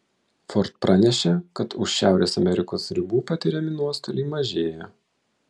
ford pranešė kad už šiaurės amerikos ribų patiriami nuostoliai mažėja